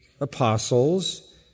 Apostles